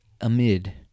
amid